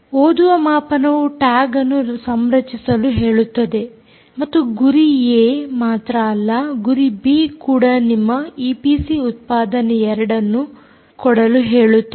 ಓದುವ ಮಾಪನವು ಟ್ಯಾಗ್ ಅನ್ನು ಸಂರಚಿಸಲು ಹೇಳುತ್ತದೆ ಮತ್ತು ಗುರಿ ಏ ಮಾತ್ರ ಅಲ್ಲ ಗುರಿ ಬಿಗೆ ಕೂಡ ನಿಮ್ಮ ಈಪಿಸಿ ಉತ್ಪಾದನೆ 2 ನ್ನು ಕೊಡಲು ಹೇಳುತ್ತದೆ